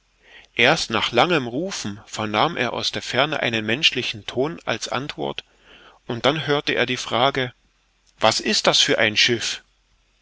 erst nach langem rufen vernahm er aus der ferne einen menschlichen ton als antwort und dann hörte er die frage was ist das für ein schiff